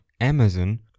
Amazon